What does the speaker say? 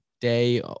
day